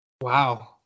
Wow